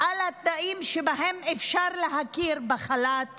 על התנאים שבהם אפשר להכיר בחל"ת